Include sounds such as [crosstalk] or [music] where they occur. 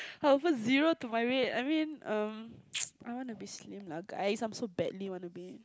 I offer zero to my weight I mean um [noise] I want to be slim lah guys I so badly want to be